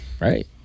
Right